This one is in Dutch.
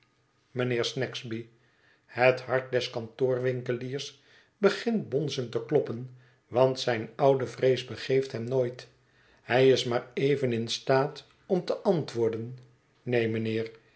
mijnheer snagsby het hart des kantoorwinkeliers begint bonzend te kloppen want zijn oude vrees begeeft hem nooit hij is maar even in staat om te antwoorden neen mijnheer